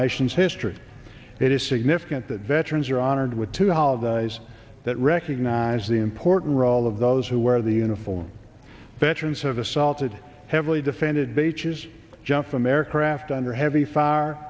nation's history it is significant that veterans are honored with two how the eyes that recognize the important role of those who wear the uniform veterans have assaulted heavily defended beaches jump from aircraft under heavy fire